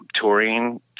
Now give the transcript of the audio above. touring